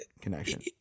connection